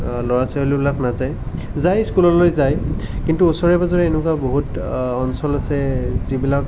ল'ৰা ছোৱালীবিলাক নাযায় যায় স্কুললৈ য়ায় কিন্তু ওচৰে পাজৰে এনেকুৱা বহুত অঞ্চল আছে যিবিলাক